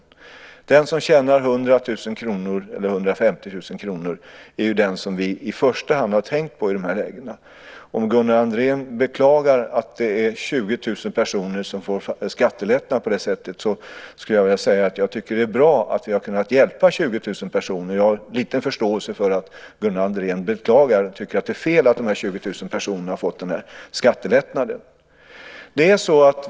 Det är den som tjänar 100 000-150 000 kr som vi i första hand har tänkt på. Gunnar Andrén beklagar att det är 20 000 personer som får en skattelättnad på det här sättet. Men jag tycker att det är bra att vi har kunnat hjälpa 20 000 personer. Jag har liten förståelse för att Gunnar Andrén beklagar det och tycker att det är fel att dessa 20 000 personer har fått denna skattelättnad.